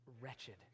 wretched